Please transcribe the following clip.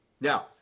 Now